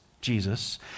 Jesus